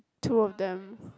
two of them